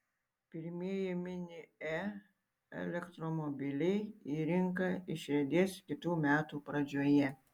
pirmieji mini e elektromobiliai į rinką išriedės kitų metų pradžioje